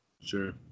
Sure